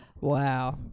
Wow